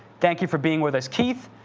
thank you for being with us, keith.